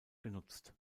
genutzt